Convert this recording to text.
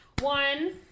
one